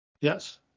Yes